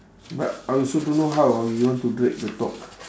but I also don't know how ah we want to break the talk